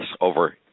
over